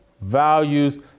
values